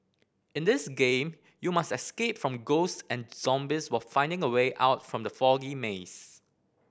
in this game you must escape from ghosts and zombies while finding the way out from the foggy maze